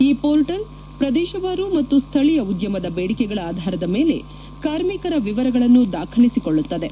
ಈ ಪೋರ್ಟಲ್ ಪ್ರದೇಶವಾರು ಮತ್ತು ಸ್ಥಳೀಯ ಉದ್ದಮದ ಬೇಡಿಕೆಗಳ ಆಧಾರದ ಮೇಲೆ ಕಾರ್ಮಿಕರ ವಿವರಗಳನ್ನು ದಾಖಲಿಸಿಕೊಳ್ಳುತ್ತದೆ